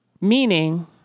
Meaning